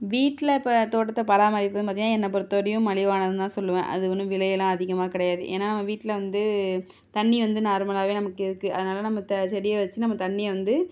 வீட்டில் இப்போ தோட்டத்தை பராமரிப்பதுன்னு பார்த்தீங்னா என்ன பொறுத்தவரையும் மலிவானது தான் சொல்லுவேன் அது ஒன்றும் விலை எல்லாம் அதிகமாக கிடையாது ஏன்னால் வீட்டில் வந்து தண்ணி வந்து நார்மலாகவே நமக்கு இருக்குது அதனால் நம்ம த செடியை வச்சு நம்ம தண்ணியை வந்து